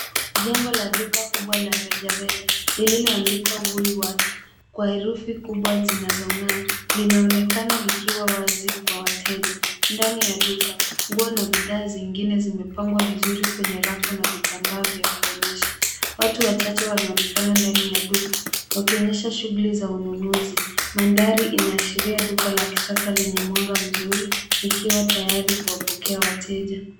Jengo la duka kubwa la rejareja, lililoandikwa [WOOLWORTHS] kwa herufi kubwa zinazong'aa linaonekana likiwa wazi kwa wateja. Ndani ya duka nguo na bidhaa zingine zimepagwa vizuri kwenye rafu na vitambaa vya kuonyesha. Watu wachache wanaonekana ndani ya duka wakionyesha shughuli za ununuzi. Mandhari inaashiria duka la kisasa lenye mwanga mzuri likiwa tayari kuwapokea wateja.